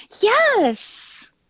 yes